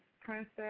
Princess